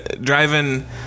driving